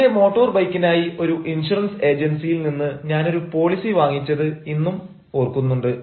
എന്റെ മോട്ടോർ ബൈക്കിനായി ഒരു ഇൻഷുറൻസ് ഏജൻസിയിൽ നിന്ന് ഞാൻ ഒരു പോളിസി വാങ്ങിച്ചത് ഞാൻ ഓർക്കുന്നുണ്ട്